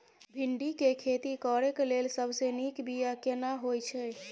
भिंडी के खेती करेक लैल सबसे नीक बिया केना होय छै?